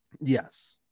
Yes